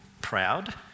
proud